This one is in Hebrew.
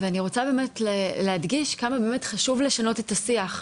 אני רוצה להדגיש עד כמה באמת חשוב לשנות את השיח,